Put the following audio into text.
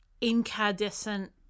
incandescent